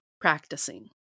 practicing